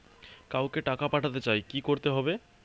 কাউকে টাকা পাঠাতে চাই কি করতে হবে?